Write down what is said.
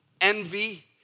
envy